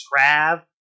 Trav